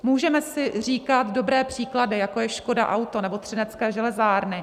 Můžeme si říkat dobré příklady, jako je Škoda Auto nebo Třinecké železárny.